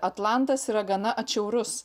atlantas yra gana atšiaurus